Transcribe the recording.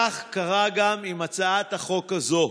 כך קרה גם עם הצעת החוק הזו,